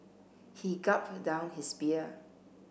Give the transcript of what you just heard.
he gulped down his beer